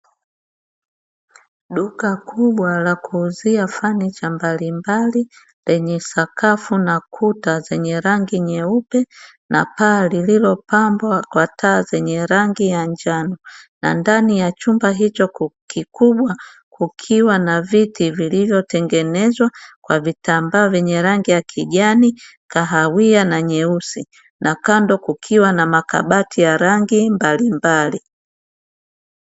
Duka kubwa la kuuzia fanicha mbalimbali zenye sakafu na kuta zenye rangi nyeupe na paa lililopambwa kwa taa zenye rangi ya njano, nandani ya chumba hicho kikubwa kukiwa na viti vilivyo tengenezwa kwa vitambaa vyenye rangi ya kijani, kahawia na nyeusi na kando kukiwa na makabati ya rangi mbalimbali.